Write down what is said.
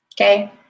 okay